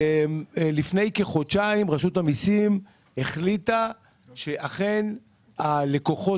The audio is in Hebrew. לפני כחודשיים רשות המיסים החליטה שאכן הלקוחות